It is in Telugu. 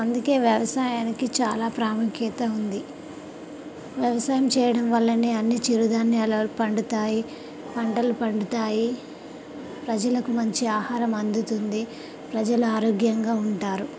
అందుకని వ్యవసాయానికి చాలా ప్రాముఖ్యత ఉంది వ్యవసాయం చేయడం వల్ల అన్నీ చిరుధాన్యాలు పండుతాయి పంటలు పండుతాయి ప్రజలకు మంచి ఆహారం అందుతుంది ప్రజలు ఆరోగ్యంగా ఉంటారు